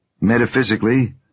Metaphysically